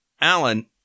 alan